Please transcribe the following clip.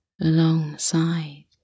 alongside